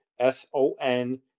S-O-N